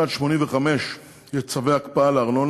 מאיזה קצה בבית